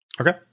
Okay